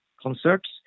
concerts